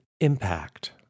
impact